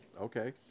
okay